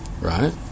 Right